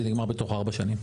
זה נגמר בתוך ארבע שנים.